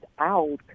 out